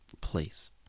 place